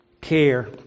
care